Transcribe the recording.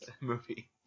movie